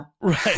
Right